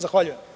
Zahvaljujem.